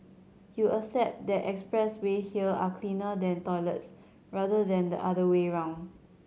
you accept that expressway here are cleaner than toilets rather than the other way around